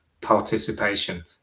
participation